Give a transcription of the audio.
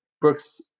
Brooks